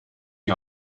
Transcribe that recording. die